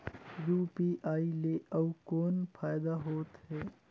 UPI ले अउ कौन फायदा होथ है?